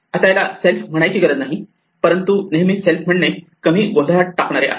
आता याला सेल्फ म्हणायची गरज नाही परंतु नेहमी सेल्फ म्हणणे कमी गोंधळात टाकणारे आहे